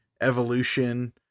Evolution